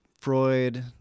Freud